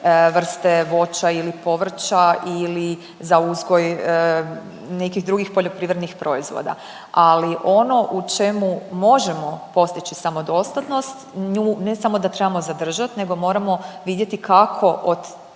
vrste voća ili povrća ili za uzgoj nekih drugih poljoprivrednih proizvoda. Ali ono u čemu možemo postići samodostatnost nju ne samo da trebamo zadržat nego moramo vidjeti kako od